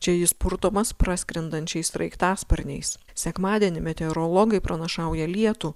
čia jis purtomas praskrendančiais sraigtasparniais sekmadienį meteorologai pranašauja lietų